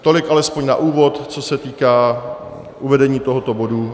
Tolik alespoň na úvod, co se týká uvedení tohoto bodu.